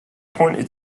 pointed